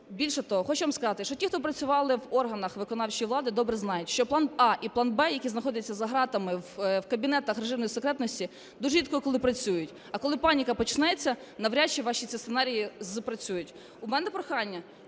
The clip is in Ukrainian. Більше того, хочу вам сказати, що ті, хто працювали в органах виконавчої влади, добре знають, що план "А" і план "Б", які знаходяться за ґратами в кабінетах режимної секретності, дуже рідко коли працюють, а коли паніка почнеться, навряд чи ваші ці сценарії спрацюють. У мене прохання,